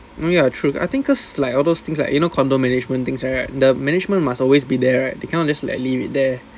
ya ya true I think cause like all those things like you know condo management things right the management must always be there right they cannot just like leave